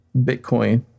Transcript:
Bitcoin